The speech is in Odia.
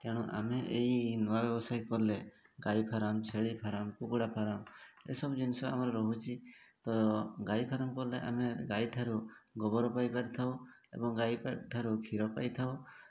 ତେଣୁ ଆମେ ଏଇ ନୂଆ ବ୍ୟବସାୟ କଲେ ଗାଈ ଫାର୍ମ ଛେଳି ଫାର୍ମ କୁକୁଡ଼ା ଫାର୍ମ ଏସବୁ ଜିନିଷ ଆମର ରହୁଛି ତ ଗାଈ ଫାର୍ମ କଲେ ଆମେ ଗାଈ ଠାରୁ ଗୋବର ପାଇପାରିଥାଉ ଏବଂ ଗାଈ ଠାରୁ କ୍ଷୀର ପାଇଥାଉ